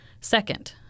Second